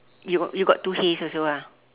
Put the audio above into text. you got you got two hays also ah